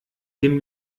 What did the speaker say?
dem